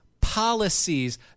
policies